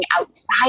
outside